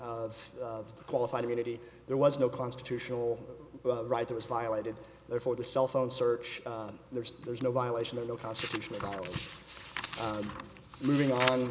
of the qualified immunity there was no constitutional right that was violated therefore the cell phone search there's there's no violation of no constitutional right moving on